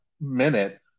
minute